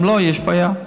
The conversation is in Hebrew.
אם לא, יש בעיה.